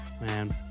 man